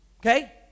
okay